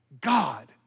God